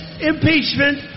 impeachment